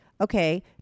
Okay